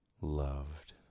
loved